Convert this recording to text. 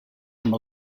amb